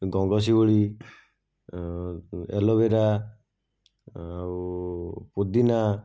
ଗଙ୍ଗଶିଉଳି aloe vera ଆଉ ପୋଦିନା